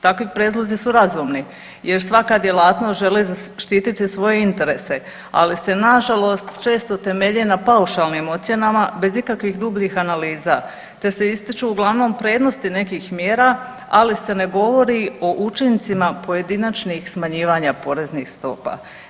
Takvi prijedlozi su razumni jer svaka djelatnost želi zaštititi svoje interese, ali se na žalost često temelje na paušalnim ocjenama bez ikakvih dubljih analiza, te se ističu uglavnom prednosti nekih mjera, ali se ne govori o učincima pojedinačnih smanjivanja poreznih stopa.